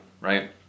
right